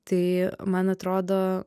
tai man atrodo